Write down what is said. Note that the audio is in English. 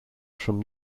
from